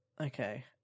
Okay